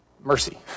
Mercy